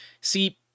See